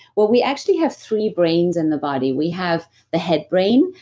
well, we actually have three brains in the body. we have the head brain.